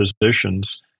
positions